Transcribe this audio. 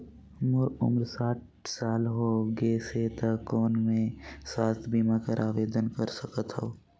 मोर उम्र साठ साल हो गे से त कौन मैं स्वास्थ बीमा बर आवेदन कर सकथव?